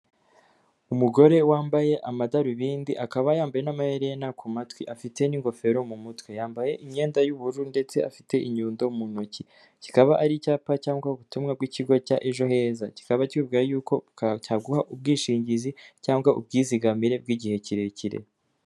Umugore wambaye amadarubindi akaba yambaye n'amaherena ku matwi, afite n'ingofero mu mutwe, yambaye imyenda y'ubururu ndetse afite inyundo mu ntoki kikaba ari icyapa cyangwa ubutumwa bw'ikigo cya ejo heza, kikaba kibwira y'uko cyaguha ubwishingizi cyangwa ubwizigamire bw'igihe kirekire.